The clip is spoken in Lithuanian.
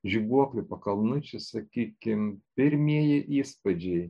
žibuoklių pakalnučių sakykim pirmieji įspūdžiai